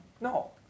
No